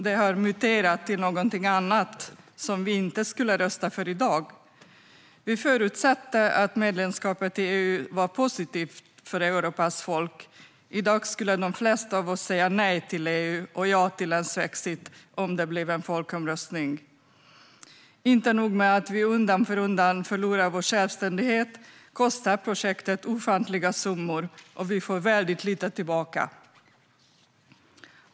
Det har muterat till något annat, som vi inte skulle rösta för i dag. Vi förutsatte att medlemskapet i EU var positivt för Europas folk. I dag skulle de flesta av oss säga nej till EU och ja till svexit vid en folkomröstning. Inte nog med att vi undan för undan förlorar vår självständighet; projektet kostar ofantliga summor, och vi får lite tillbaka.